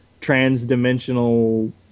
trans-dimensional